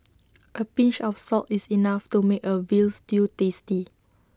A pinch of salt is enough to make A Veal Stew tasty